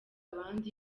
abandi